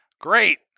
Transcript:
Great